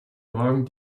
morgen